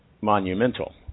monumental